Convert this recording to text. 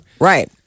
Right